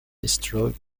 destroyed